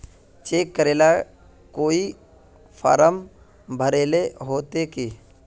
Cheque करेला कोई form भरेले होते की?